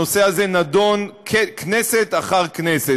הנושא הזה נדון כנסת אחר כנסת.